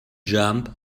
jump